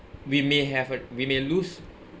we may have a we may lose